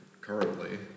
currently